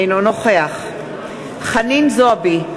אינו נוכח חנין זועבי,